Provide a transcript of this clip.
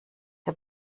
der